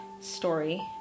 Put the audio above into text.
story